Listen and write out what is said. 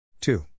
Two